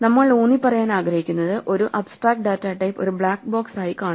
നമ്മൾ ഊന്നിപ്പറയാൻ ആഗ്രഹിക്കുന്നത് ഒരു അബ്സ്ട്രാക്ട് ഡാറ്റ ടൈപ്പ് ഒരു ബ്ലാക്ക് ബോക്സായി കാണണം